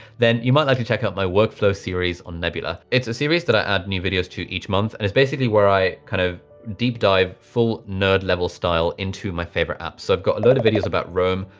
then you might like to check out my workflow series on nebula. it's a series that i add new videos to each month. and it's basically where i kind of deep dive full nerd level style into my favourite app. so i've got and a lot of videos about roam,